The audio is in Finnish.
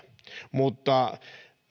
mutta